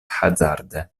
hazarde